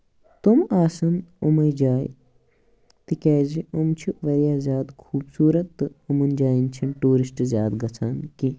تِم آسن أمٕے جایہِ تِکیازِ أمۍ چھِ واریاہ زیادٕ خوٗبصوٗرت تہٕ یِمَن جاٮ۪ن چھِنہٕ ٹوٗرِسٹ زیادٕ گژھان کیٚنہہ